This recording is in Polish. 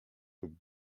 lub